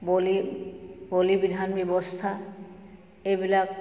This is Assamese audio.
বলি বলি বিধান ব্যৱস্থা এইবিলাক